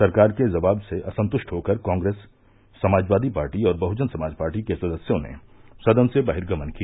सरकार के जवाब से असंतुष्ट होकर कांग्रेस समाजवादी पार्टी और बहजन समाज पार्टी के सदस्यों ने सदन से बहिर्गमन किया